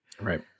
Right